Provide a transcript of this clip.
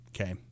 okay